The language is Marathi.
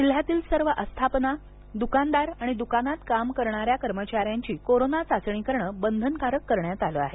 जिल्ह्यातील सर्व आस्थापना द्कानदार आणि द्कानात काम करणाऱ्या कर्मचाऱ्यांची कोरोना चाचणी करण बंधनकारक करण्यात आलं आहे